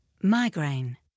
migraine